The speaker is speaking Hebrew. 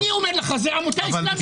אני אומר לך שזו עמותה אסלמית.